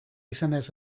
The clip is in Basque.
izenez